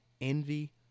envy